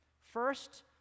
First